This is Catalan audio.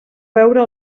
veure